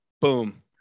boom